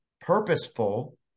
purposeful